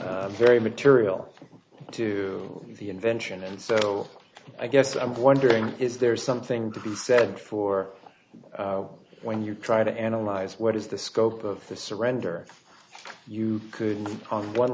very material to the invention and so i guess i'm wondering if there is something to be said for when you try to analyze what is the scope of the surrender you couldn't on one